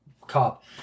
cop